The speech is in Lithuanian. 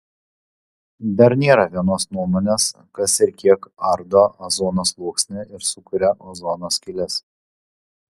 dar nėra vienos nuomonės kas ir kiek ardo ozono sluoksnį ir sukuria ozono skyles